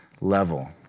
level